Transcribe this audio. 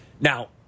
now